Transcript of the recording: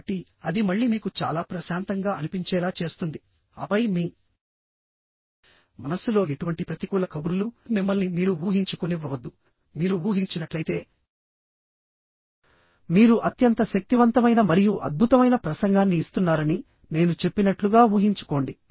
కాబట్టి అది మళ్ళీ మీకు చాలా ప్రశాంతంగా అనిపించేలా చేస్తుంది ఆపై మీ మనస్సులో ఎటువంటి ప్రతికూల కబుర్లు మిమ్మల్ని మీరు ఊహించుకోనివ్వవద్దు మీరు ఊహించినట్లయితే మీరు అత్యంత శక్తివంతమైన మరియు అద్భుతమైన ప్రసంగాన్ని ఇస్తున్నారని నేను చెప్పినట్లుగా ఊహించుకోండి